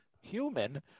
human